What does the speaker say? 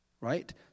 right